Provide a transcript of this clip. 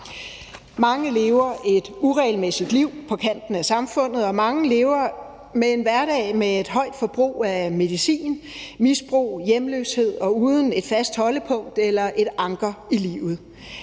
Mange lever et uregelmæssigt liv på kanten af samfundet, og mange lever med en hverdag med et højt forbrug af medicin, misbrug, hjemløshed og uden et fast holdepunkt eller et anker i livet.